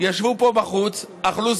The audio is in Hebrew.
אמרתי,